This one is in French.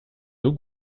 nos